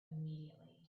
immediately